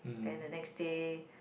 then the next day